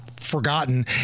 forgotten